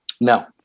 No